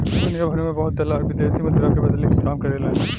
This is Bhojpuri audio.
दुनियाभर में बहुत दलाल विदेशी मुद्रा के बदले के काम करेलन